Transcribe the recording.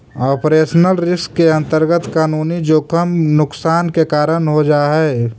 operational risk के अंतर्गत कानूनी जोखिम नुकसान के कारण हो जा हई